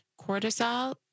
cortisol